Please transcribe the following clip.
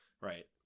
Right